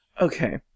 Okay